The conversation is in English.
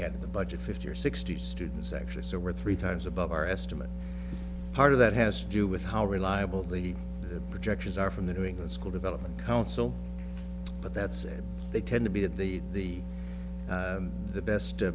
had the budget fifty or sixty students actually so we're three times above our estimate part of that has to do with how reliable the projections are from the new england school development council but that said they tend to be at the the the best